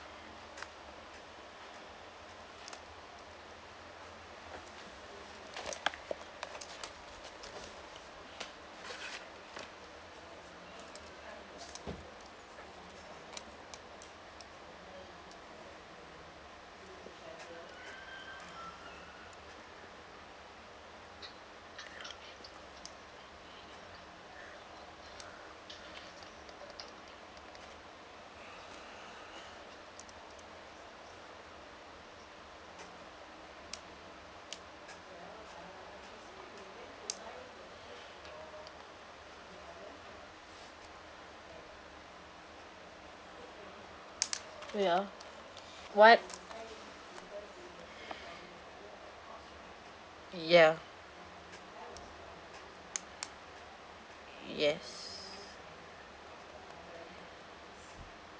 ya what ya yes